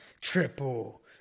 Triple